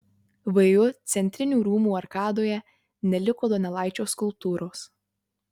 vu centrinių rūmų arkadoje neliko donelaičio skulptūros